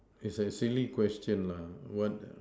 it's a silly question lah what the